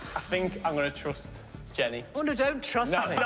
think i'm going to trust jennie. oh, no, don't trust um yeah